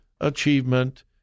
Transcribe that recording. achievement